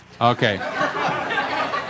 Okay